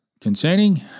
concerning